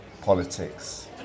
politics